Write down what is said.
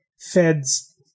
Fed's